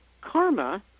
karma